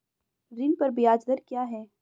ऋण पर ब्याज दर क्या है?